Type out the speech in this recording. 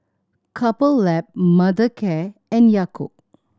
Couple Lab Mothercare and Yakult